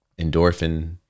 Endorphin